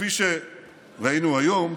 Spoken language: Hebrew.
וכפי שראינו היום,